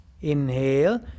Inhale